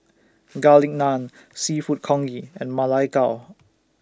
Garlic Naan Seafood Congee and Ma Lai Gao